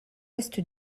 est